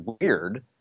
weird